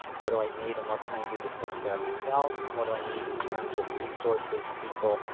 what do i need and what can i do to take care of myself? what do i need in terms of resources, people,